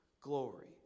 glory